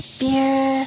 beer